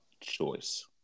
choice